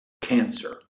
Cancer